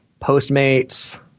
Postmates